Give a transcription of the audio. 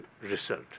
result